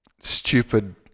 stupid